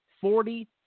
forty